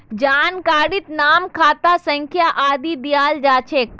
जानकारीत नाम खाता संख्या आदि दियाल जा छेक